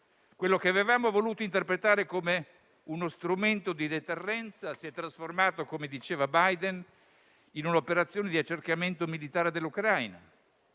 Quello che avremmo voluto interpretare come uno strumento di deterrenza si è trasformato - come diceva Biden - in un'operazione di accerchiamento militare dell'Ucraina.